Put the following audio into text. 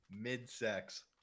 mid-sex